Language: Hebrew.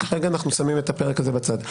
כרגע אנחנו שמים את הפרק הזה בצד.